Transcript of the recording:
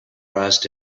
rust